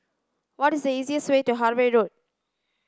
what is the easiest way to Harvey Road